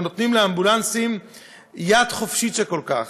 אבל נותנים לאמבולנסים יד חופשית כל כך.